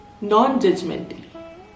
Non-judgmentally